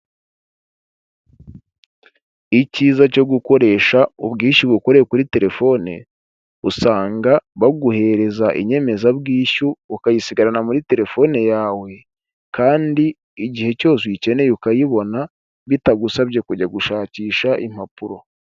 Icyiza cyo gukoresha ubwishyu bukureye kuri telefone, usanga baguhereza inyemezabwishyu ukayisigarana muri telefone yawe kandi igihe cyose uyikeneye ukayibona, bitagusabye kujya gushakisha impapuro.